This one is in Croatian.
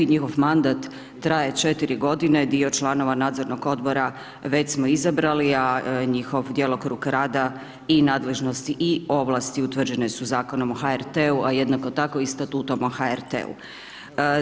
Njihov mandat traje 4 g. dio članova nadzornog odbra već smo izabrali a njihov djelokrug rad i nadležnosti i ovlasti, utvrđene su Zakonom o HRT-u, a jednako tako i statutima HRT-a.